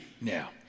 now